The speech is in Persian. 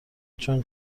چون